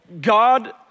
God